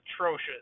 atrocious